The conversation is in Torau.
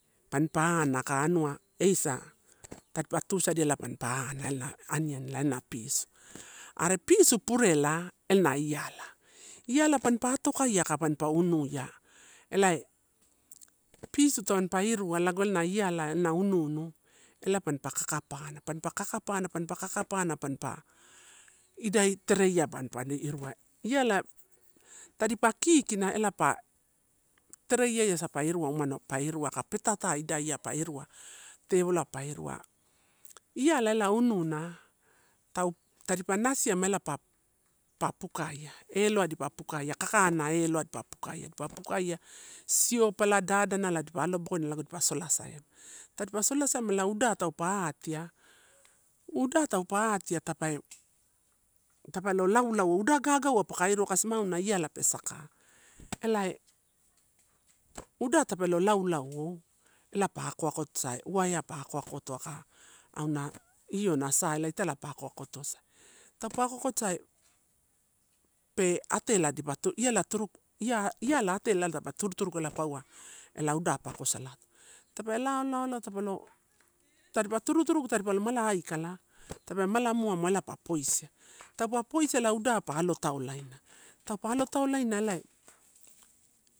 Panipa ana aka anua eisa tadipa tusadia ela pampa ana ela na aniani elae, elana pisu. Are pisu purela na iala iala panipa atokaia aka panipa unuia, elae pisu tampa irua lago ena iala na unu unu ela pampa kakapana, pampa idai tereia pam poni irua. Lala tadipa kikina ela pa tereiaiasa pa irua umano pa irua aka petatai pa inia, tewoloai pe inia. Iala ela ununa tau, tadipa nasiama pa, pa pukaia eloai dipa pukaia, kakanai eloai dipa pukaia dipa pukaia sopala, da danala dipa pa alobokoina lago dipa sola saiama, tadipa pa solasaiama ela uda taupa atia, uda taupa atia tape lo lau lauou, uda gogauai paka irua kaisia auna iala pe saka. Elae uda tape lo laulau ou ela pa ako ako tosai uwaiai pa ako ako to aka auna io na sa elae italae pa ako akotosae. Taupa ako ako tosae pe atela dipa duni iala atela turu iala atela dipa turutuniku ela paua ela uda pako salato, tape lao, lao, lao tape lo, tadipa turuturu tadipa lo mala aikala, tape mala moamoa a poisia, taupa poisia ela udala pa alo taulaina, taupa pa alo taulaina